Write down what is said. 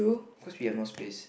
because we have no space